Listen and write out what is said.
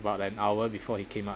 about an hour before he came up